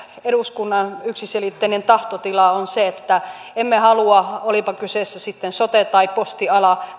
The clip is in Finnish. eduskunnan yksiselitteinen tahtotila on se että emme halua olipa kyseessä sitten sote tai postiala